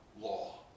law